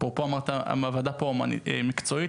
אמרת שהוועדה פה היא מקצועית.